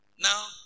now